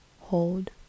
hold